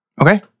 Okay